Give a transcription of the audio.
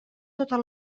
totes